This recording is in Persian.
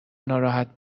ناراحت